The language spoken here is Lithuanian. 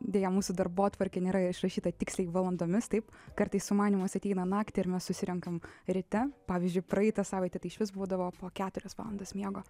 deja mūsų darbotvarkė nėra išrašyta tiksliai valandomis taip kartais sumanymas ateina naktį ir mes susirenkam ryte pavyzdžiui praeitą savaitę tai išvis būdavo po keturias valandas miego